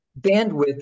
bandwidth